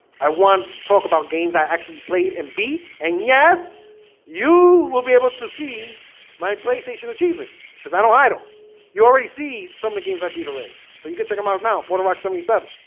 i want to talk about games i actually played and beat and yes you will be able to see my playstation achievements because i don't idle you already see some of the games i beat already so you can check them out now puerto rock seventy seven,